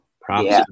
Props